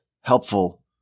helpful